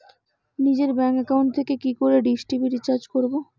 নিজের bank account থেকে কি করে ডিশ টি.ভি রিচার্জ করবো?